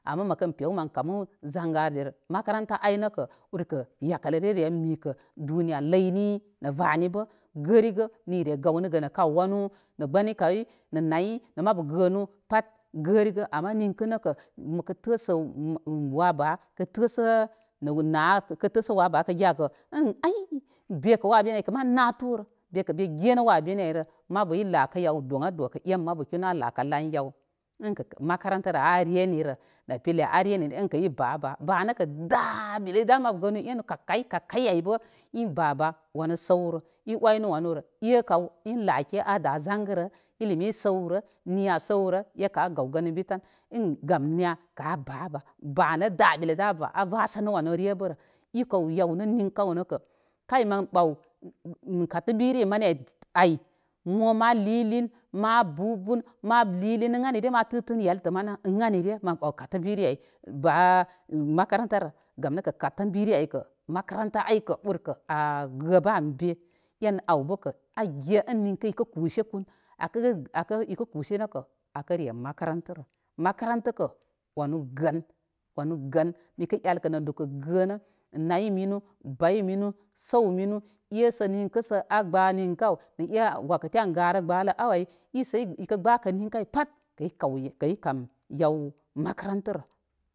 Ama məkən pew mən kamu zangare makaranta ay nəkə urkə yakələre men mikə duniya ləyni nə vani bə gərigə ni re gaw nəgə nə kaw wanu nə gbəni kay nə na yi nə manu gənu pal gərigə ama ninkə nə kə, məkə tə'sə' wa ba kə tə' sə' nə na kə təsə wa kə giya kə. ən ay bekə wa beni aykə mə natur mi genə wa beni ayrə mabu i lakə yaw doŋadoŋ ay kə e mabu kinu a lakə lan yaw ənkə makantarə a genirə nə pila a reniren ənkə i ba ba. Ba' nəkə da' bili da en mabu gənu enu kakayi kakayi ay bə in ba' ba' wanu səwrə i oynə wanurə. kaw in lake a da zangərə ilimi səwrə niya səwrə ekə a gaw gan ənbi in gam niya kaa ba'ba'. ba nə dabili da a vasəvə wanu re bərə i kaw yaw nə ninkə aw nəkə kay mə batunw kəə gberi mani ay mo ma lilin ma bu bun ma lilin ən anine ma tətən yalətə mani ən anire mən bəw kata gbiri ay. Ba makarantarə gam nəkə katə gberi aykə makaranta ay ur gə bə an be en aw bəkə a ge an ninkə ikə kusekun akə ikə kuse nəkə akə re makantarə. Makaranta kə wanu gə, wanu gə mipə elkə nə dukə gənə nayi mimu bayi mini səw minu esə ninkə sə a gbə ninkə aw nə e wakati an garə gbələ aaw ay isə i pə gbəkə ninkə ay pat kə i kəw kəyi kam yaw makarantarə.